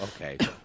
okay